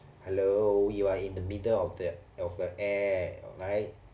hello you are in the middle of the of the air right